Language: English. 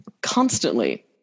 constantly